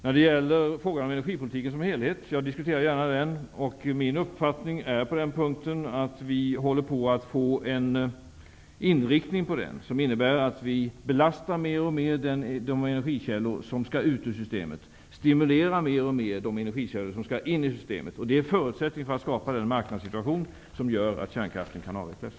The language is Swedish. Jag diskuterar gärna energipolitiken som helhet, och min uppfattning är på den punkten att vi håller på att få en inriktning på den som innebär att vi belastar mer och mer de energikällor som skall ut ur systemet och stimulerar mer och mer de energikällor som skall in i systemet. Det är förutsättningen för att skapa den marknadssituation som gör att kärnkraften kan avvecklas.